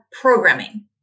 programming